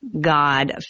God